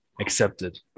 accepted